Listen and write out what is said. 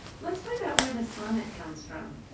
let's find out where the sonnet comes from,